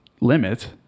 limit